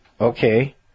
Okay